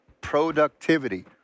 productivity